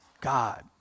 God